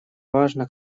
важно